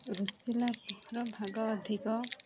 ରୁଷିଲା ପୁଅର ଭାଗ ଅଧିକ